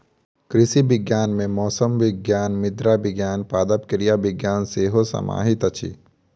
कृषि विज्ञान मे मौसम विज्ञान, मृदा विज्ञान, पादप क्रिया विज्ञान सेहो समाहित अछि